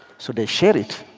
so they share it.